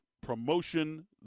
promotion